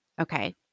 Okay